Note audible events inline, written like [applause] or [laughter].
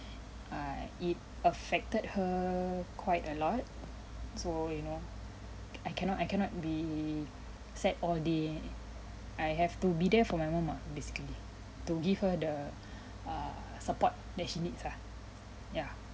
err it affected her quite a lot so you know I cannot I cannot be sad all day I have to be there for my mum ah basically to give her the [breath] err support that she needs ah yeah